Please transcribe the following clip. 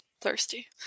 thirsty